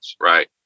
Right